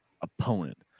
opponent